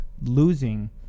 losing